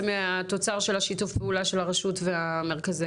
התוצר של שיתוף הפעולה של הרשות והמרכזים.